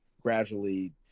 gradually